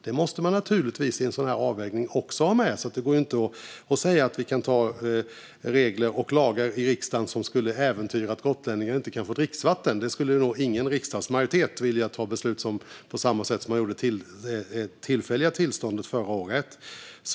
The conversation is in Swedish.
Det måste man naturligtvis också ha med i en sådan här avvägning. Det går inte att säga att vi kan anta regler och lagar i riksdagen som skulle äventyra gotlänningarnas tillgång till dricksvatten. Det vill nog ingen riksdagsmajoritet fatta beslut om på samma sätt som man gjorde med det tillfälliga tillståndet förra året.